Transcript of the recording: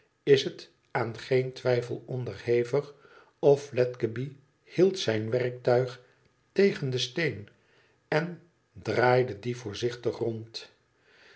is het aan geen twijfel onderhevig of fledgeby hield zijn werktuig tegen den steen en draaide dien voorzichtig rond